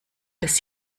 des